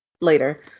later